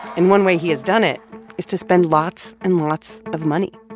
and one way he has done it is to spend lots and lots of money